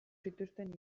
zituzten